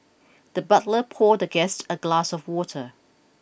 the butler poured the guest a glass of water